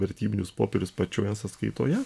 vertybinius popierius pačioje sąskaitoje